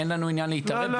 אין לנו עניין להתערב.